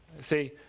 See